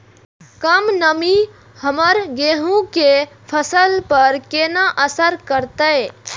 कम नमी हमर गेहूँ के फसल पर केना असर करतय?